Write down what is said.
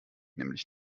nämlich